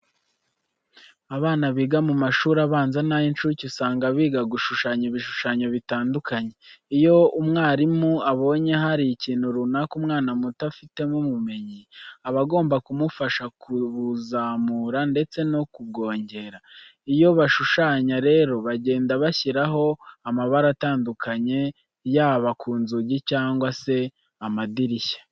Abana biga mu mashuri abanza n'ay'incuke usanga biga gushushanya ibishushanyo bitandukanye. Iyo umwarimu abonye hari ikintu runaka umwana muto afiteho ubumenyi, aba agomba kumufasha kubuzamura ndetse no kubwongera. Iyo bashushanya rero bagenda bashyiraho amabara atandukanye yaba ku nzugi cyangwa se amadirishya.